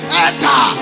enter